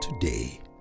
today